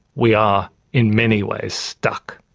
we are in many ways stuck.